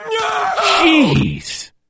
Jeez